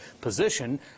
position